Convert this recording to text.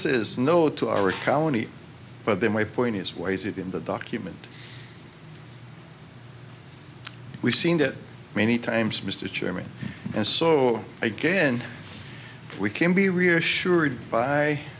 says no to our economy but then my point is why is it in the document we've seen that many times mr chairman and so again we can be reassured by